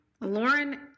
Lauren